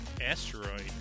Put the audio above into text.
asteroid